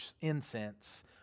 incense